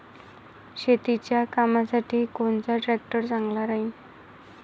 शेतीच्या कामासाठी कोनचा ट्रॅक्टर चांगला राहीन?